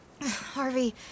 Harvey